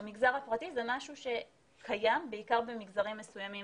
במגזר הפרטי זה משהו שקיים במגזרים מסוימים